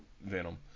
Venom